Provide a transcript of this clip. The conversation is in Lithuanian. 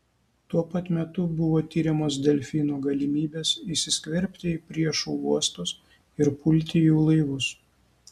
tuo pat metu buvo tiriamos delfinų galimybės įsiskverbti į priešų uostus ir pulti jų laivus